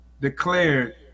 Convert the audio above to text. declared